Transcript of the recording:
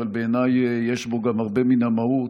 אבל בעיניי יש בו גם הרבה מן המהות,